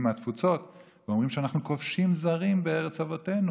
מהתפוצות ואומרים שאנחנו כובשים זרים בארץ אבותינו.